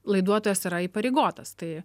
laiduotojas yra įpareigotas tai